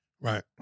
Right